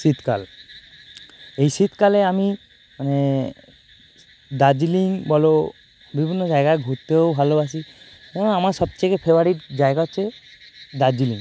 শীতকাল এই শীতকালে আমি দার্জিলিং বলো বিভিন্ন জায়গা ঘুরতেও ভালোবাসি এবং আমার সব চেখে ফেবারিট জায়গা হচ্ছে দার্জিলিং